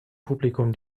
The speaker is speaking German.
publikum